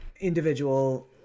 individual